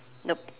nope